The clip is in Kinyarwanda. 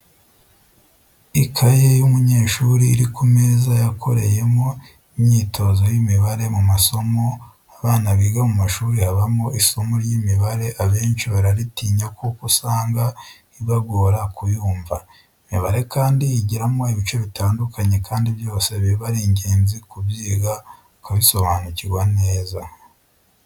Ikaye y'umunyeshuri iri ku meza yakoreyemo imyitozo y'imibare mu masomo abana biga mu mashuri habamo isomo ry'imibare abanshi bararitinya kuko usanga ibagora kuyumva, imibare kandi igiramo ibice bitandukanye kandi byose biba ari ingenzi kubyiga ukabisobanukirwa neza.